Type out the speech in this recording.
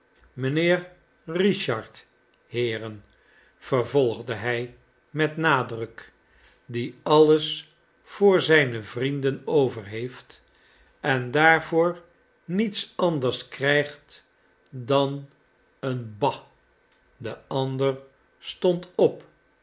mijnheer richard heeren vervolgde hij met nadruk die alles voor zijne vrienden over heeft en daarvoor niets anders krijgt dan een ba de ander stond op